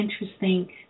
interesting